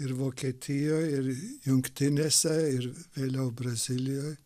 ir vokietijoj ir jungtinėse ir vėliau brazilijoj